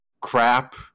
crap